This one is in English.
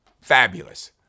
Fabulous